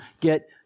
get